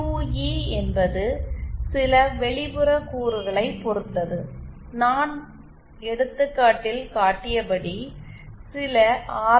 QE என்பது சில வெளிப்புற கூறுகளை பொறுத்தது நான் எடுத்துக்காட்டில் காட்டியபடி சில ஆர்